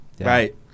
Right